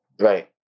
Right